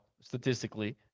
statistically